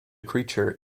creature